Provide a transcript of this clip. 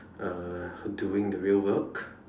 uh doing the real work